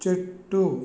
చెట్టు